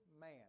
man